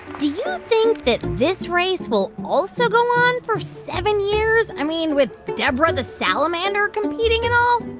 do you think that this race will also go on for seven years, i mean, with deborah the salamander competing and all?